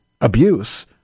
abuse